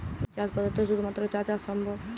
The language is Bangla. ধাপ চাষ পদ্ধতিতে শুধুমাত্র চা চাষ সম্ভব?